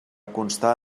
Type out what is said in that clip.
constar